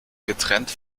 getrennt